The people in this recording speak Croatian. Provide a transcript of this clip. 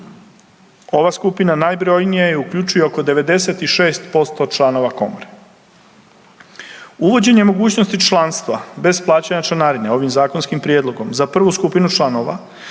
Ova skupina je najbrojnija i uključuje oko 96% članova komore. Uvođenje mogućnosti članstva bez plaćanja članarine ovim zakonskim prijedlogom za prvu skupinu članova